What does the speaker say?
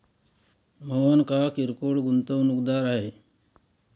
मोहन हा किरकोळ गुंतवणूकदार आहे